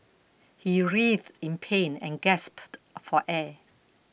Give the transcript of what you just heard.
he writhed in pain and gasped for air